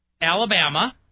Alabama